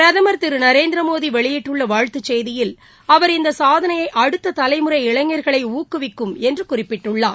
பிரதமர் திரு நரேந்திர மோடி வெளியிட்டுள்ள வாழ்த்துச் செய்தியில் அவர் இந்த சாதனை அடுத்த தலைமுறை இளைஞர்களை ஊக்குவிக்கும் என்று குறிப்பிட்டுள்ளார்